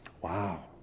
wow